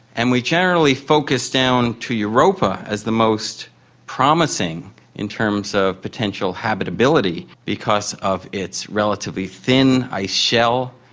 and we generally focus down to europa as the most promising in terms of potential habitability because of its relatively thin ice shell,